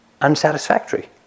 unsatisfactory